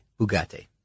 bugatti